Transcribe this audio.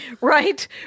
Right